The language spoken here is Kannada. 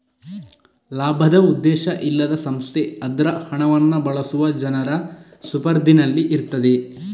ಲಾಭದ ಉದ್ದೇಶ ಇಲ್ಲದ ಸಂಸ್ಥೆ ಅದ್ರ ಹಣವನ್ನ ಬಳಸುವ ಜನರ ಸುಪರ್ದಿನಲ್ಲಿ ಇರ್ತದೆ